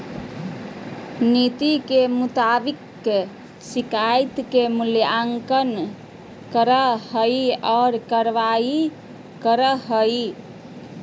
नीति के मुताबिक शिकायत के मूल्यांकन करा हइ और कार्रवाई करा हइ